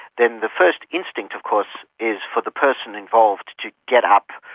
then the first instinct of course is for the person involved to get up,